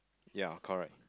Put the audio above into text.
ya correct